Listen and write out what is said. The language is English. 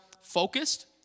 focused